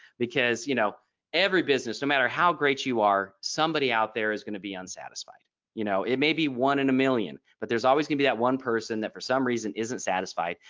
because you know every business no matter how great you are somebody out there is going to be unsatisfied. you know it may be one in a million but there's always going to be that one person that for some reason isn't satisfied.